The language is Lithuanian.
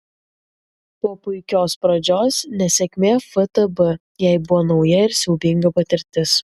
po puikios pradžios nesėkmė ftb jai buvo nauja ir siaubinga patirtis